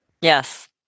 Yes